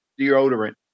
deodorant